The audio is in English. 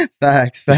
Facts